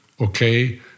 okay